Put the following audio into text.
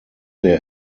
der